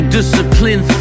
discipline